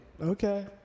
Okay